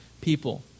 people